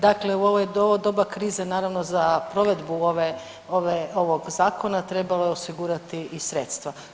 Dakle u ovo doba krize, naravno, za provedbu ovog Zakona trebalo je osigurati i sredstva.